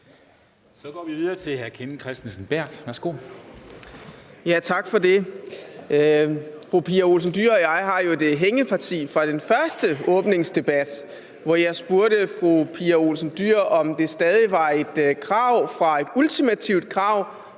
Kl. 17:28 Kenneth Kristensen Berth (DF): Tak for det. Fru Pia Olsen Dyhr og jeg har jo et hængeparti fra den første åbningsdebat, hvor jeg spurgte fru Pia Olsen Dyhr, om det stadig var et ultimativt krav